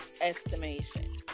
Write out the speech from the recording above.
estimation